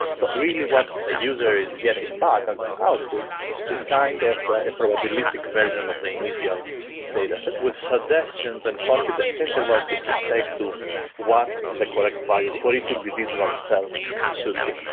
so really, what the user is getting back as an output is kind of a probabilistic version of the initial dataset with suggestions and confidence intervals with respect to what the correct values for each individual cell should be.